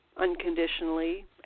unconditionally